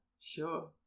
sure